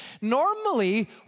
Normally